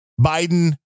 Biden